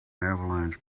avalanche